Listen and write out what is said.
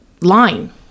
line